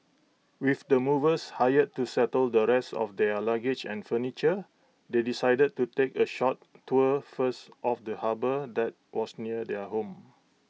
with the movers hired to settle the rest of their luggage and furniture they decided to take A short tour first of the harbour that was near their home